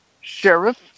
Sheriff